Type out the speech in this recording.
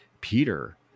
Peter